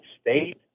state